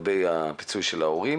הפיצוי להורים